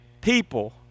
people